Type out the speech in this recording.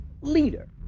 leader